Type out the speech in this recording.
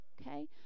Okay